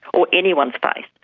or anyone's face.